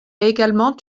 également